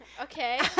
Okay